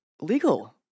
legal